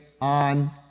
on